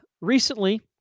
recently